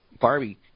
Barbie